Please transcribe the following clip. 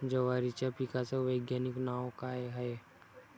जवारीच्या पिकाचं वैधानिक नाव का हाये?